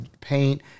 paint